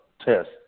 test